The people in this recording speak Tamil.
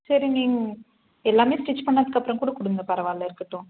சரி நீங்க எல்லாமே ஸ்டிச் பண்ணதுக்கப்புறம் கூட கொடுங்க பரவாயில்ல இருக்கட்டும்